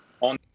on